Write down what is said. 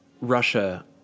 Russia